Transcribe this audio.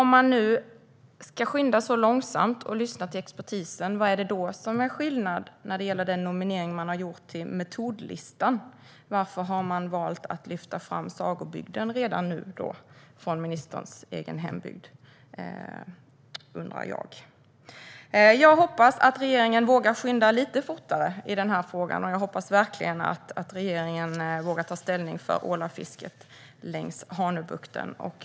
Om man nu ska skynda så långsamt och lyssna till expertisen, vad är det då som är skillnaden när det gäller den nominering som man har gjort till metodlistan? Varför har man valt att lyfta fram Sagobygden från ministerns egen hembygd redan nu? Jag hoppas att regeringen vågar skynda lite fortare i denna fråga, och jag hoppas verkligen att regeringen vågar ta ställning för ålafisket längs Hanöbukten.